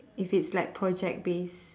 if it's like project base